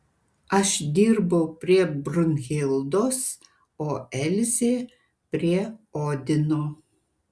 aš dirbau prie brunhildos o elzė prie odino